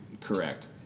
correct